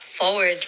Forward